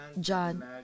John